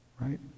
right